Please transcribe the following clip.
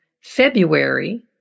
February